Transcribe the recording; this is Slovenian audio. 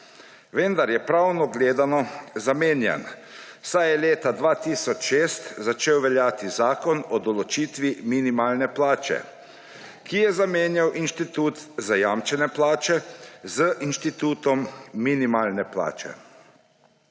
Vendar je pravno gledano zamenjan, saj je leta 2006 začel veljati Zakon o določitvi minimalne plače, ki je zamenjal inštitut zajamčene plače z institutom minimalne plače.